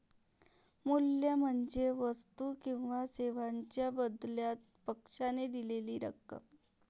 मूल्य म्हणजे वस्तू किंवा सेवांच्या बदल्यात पक्षाने दिलेली रक्कम